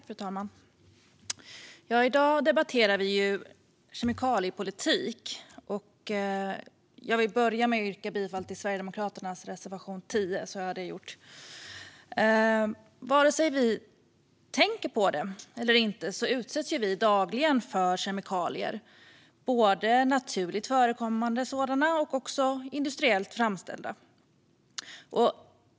Fru talman! I dag debatterar vi kemikaliepolitik. Jag vill börja med att yrka bifall till Sverigedemokraternas reservation 10, så har jag det gjort. Vare sig vi tänker på det eller inte utsätts vi dagligen för kemikalier, både naturligt förekommande och industriellt framställda sådana.